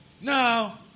No